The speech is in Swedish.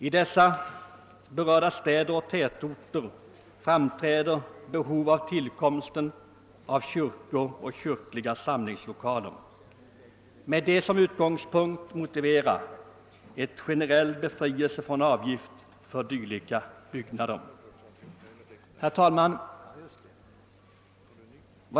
I berörda städer och tätorter framträder behov av nya kyrkor och kyrkliga samlingslokaler, vilket motiverar en generell befrielse från avgift för dylika byggnader. Herr talman!